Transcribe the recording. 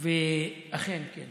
אכן כן.